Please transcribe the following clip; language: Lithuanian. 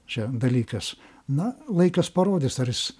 čia dalykas na laikas parodys ar jis